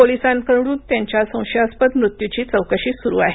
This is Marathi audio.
पोलिसांकडून त्यांच्या संशयास्पद मृत्यूची चौकशी सुरू आहे